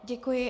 Děkuji.